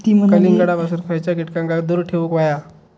कलिंगडापासून खयच्या कीटकांका दूर ठेवूक व्हया?